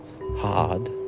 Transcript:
hard